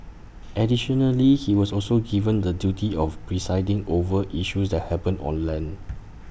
additionally he was also given the duty of presiding over issues that happen on land